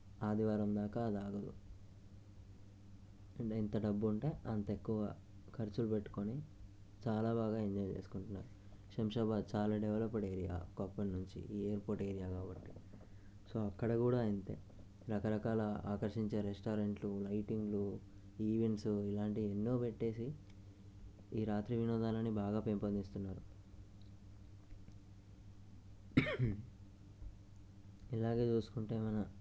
ఆదివారం దాకా అది ఆగదు ఎంత డబ్బు ఉంటే అంత ఎక్కువ ఖర్చులు పెట్టుకొని చాలా బాగా ఎంజాయ్ చేసుకుంటున్నారు శంషాబాద్ చాలా డెవలప్డ్ ఏరియా ఒక అప్పటినుంచి ఈ ఎయిర్పోర్ట్ ఏరియా కాబట్టి సో అక్కడ కూడా ఇంతే రకరకాల ఆకర్షించే రెస్టారెంట్లు లైటింగ్లు ఈవెంట్స్ ఇలాంటి ఎన్నో పెట్టేసి ఈ రాత్రి వినోదాలని బాగా పెంపొందిస్తున్నారు ఇలాగే చూసుకుంటే మనం